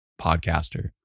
podcaster